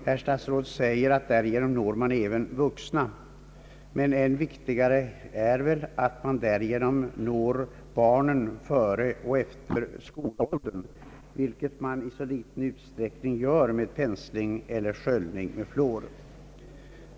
Herr statsrådet säger att man därigenom når även vuxna, men än viktigare är väl att man därigenom når barnen före och efter skolåldern, vilket man i så liten utsträckning gör då det gäller pensling eller sköljning med fluor.